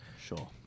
Sure